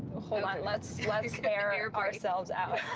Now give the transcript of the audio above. let's air air ourselves out.